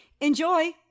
Enjoy